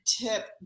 tip